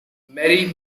mary